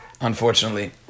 unfortunately